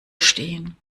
stehen